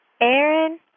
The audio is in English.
Aaron